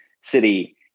city